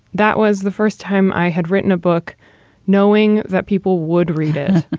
that was the first time i had written a book knowing that people would read it.